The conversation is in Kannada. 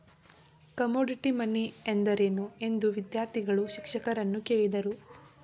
ಕಮೋಡಿಟಿ ಮನಿ ಎಂದರೇನು? ಎಂದು ವಿದ್ಯಾರ್ಥಿಗಳು ಶಿಕ್ಷಕರನ್ನು ಕೇಳಿದರು